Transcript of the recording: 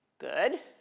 good.